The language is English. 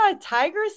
Tiger's